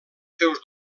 seus